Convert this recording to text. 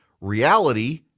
reality